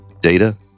data